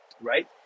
right